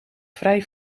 vrij